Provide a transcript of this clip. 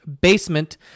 basement